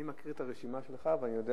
אני מכיר את הרשימה שלך ואני יודע